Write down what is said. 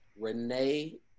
Renee